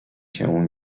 się